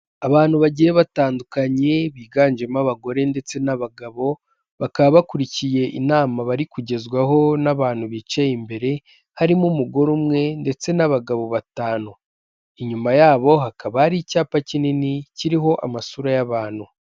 Abantu bagiye batandukanye biganjemo abagore ndetse n'abagabo, bakaba bakurikiye inama bari kugezwaho n'abantu bicaye imbere harimo umugore umwe ndetse n'abagabo batanu. Inyuma yabo hakaba hari icyapa kinini kiriho amasura y'abantu.